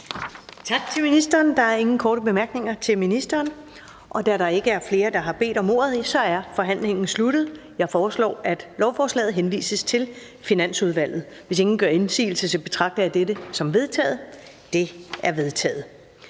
Tak til ministeren. Der er ingen korte bemærkninger til ministeren. Da der ikke er flere, der har bedt om ordet, er forhandlingen sluttet. Jeg foreslår, at lovforslaget henvises til Finansudvalget. Hvis ingen gør indsigelse, betragter jeg dette som vedtaget. Det er vedtaget.